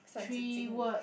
three word